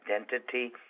identity